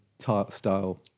style